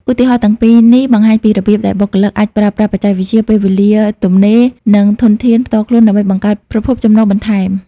ឧទាហរណ៍ទាំងពីរនេះបង្ហាញពីរបៀបដែលបុគ្គលអាចប្រើប្រាស់បច្ចេកវិទ្យា ពេលវេលាទំនេរ និងធនធានផ្ទាល់ខ្លួនដើម្បីបង្កើតប្រភពចំណូលបន្ថែម។